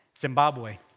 Zimbabwe